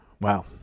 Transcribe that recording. Wow